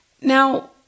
now